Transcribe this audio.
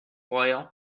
loyal